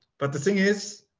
but the thing is,